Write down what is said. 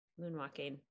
moonwalking